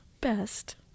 best